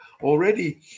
Already